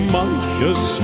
manches